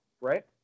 right